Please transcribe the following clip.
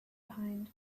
behind